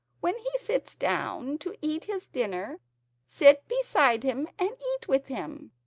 when he sits down to eat his dinner sit beside him and eat with him.